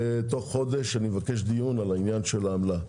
תוך חודש אני מבקש דיון על עניין העמלה.